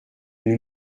nous